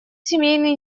семейный